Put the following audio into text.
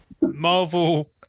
marvel